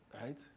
right